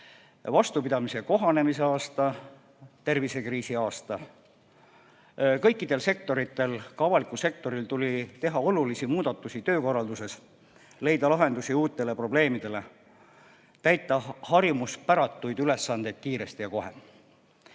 vastupidamise, kohanemise aasta, tervisekriisi aasta. Kõikidel sektoritel, ka avalikul sektoril tuli teha olulisi muudatusi töökorralduses, leida lahendusi uutele probleemidele, täita harjumuspäratuid ülesandeid kiiresti ja kohe.